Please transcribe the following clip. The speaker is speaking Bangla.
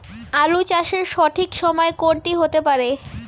আলু চাষের সঠিক সময় কোন টি হতে পারে?